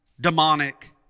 demonic